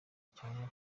cyangwa